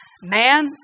Man